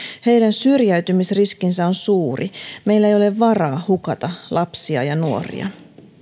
heidän syrjäytymisriskinsä on suuri meillä ei ole varaa hukata lapsia ja nuoria